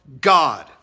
God